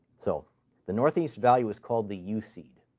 so the northeast value is called the useed.